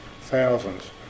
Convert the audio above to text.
thousands